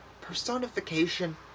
personification